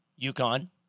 UConn